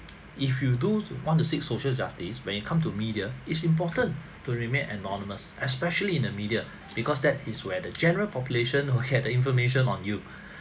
if you do want to seek social justice when it come to media it's important to remain anonymous especially in the media because that is where the general population who have the information on you